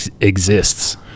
exists